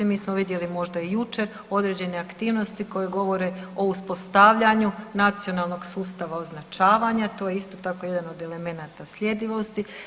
Mi smo vidjeli možda jučer određene aktivnosti koje govore o uspostavljanju nacionalnog sustava označavanja, to je isto tako jedan od elemenata sljedivosti.